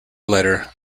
letter